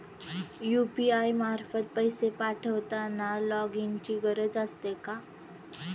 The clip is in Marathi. यु.पी.आय मार्फत पैसे पाठवताना लॉगइनची गरज असते का?